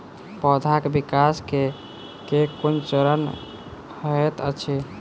पौधाक विकास केँ केँ कुन चरण हएत अछि?